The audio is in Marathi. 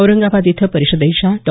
औरंगाबाद इथं परिषदेच्या डॉ